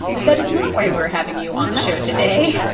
but that is not why we're having you on the show today.